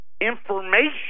Information